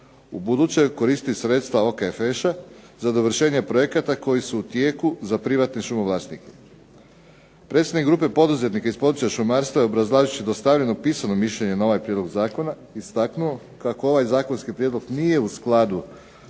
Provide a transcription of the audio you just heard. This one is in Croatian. se ne razumije./... za dovršenje projekata koji su u tijeku za privatne šumo vlasnike. Predsjednik grupe poduzetnika iz područja šumarstva obrazlažući dostavljeno pisano mišljenje na ovaj prijedlog zakona istaknuo kako ovaj zakonski prijedlog nije u skladu